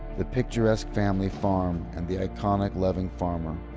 the picturesque family farm and the iconic, loving farmer.